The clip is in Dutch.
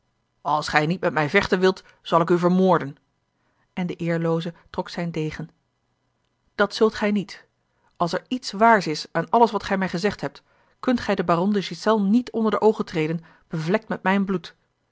als gij niet met mij vechten wilt zal ik u vermoorden en de eerlooze trok zijn degen dat zult gij niet als er iets waars is aan alles wat gij mij gezegd hebt kunt gij den baron de ghiselles niet onder de oogen treden bevlekt met mijn bloed